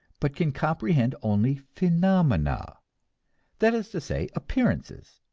but can comprehend only phenomena that is to say, appearances